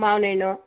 ಮಾವ್ನಹಣ್ಣು